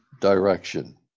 direction